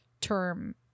term